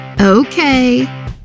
okay